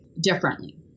differently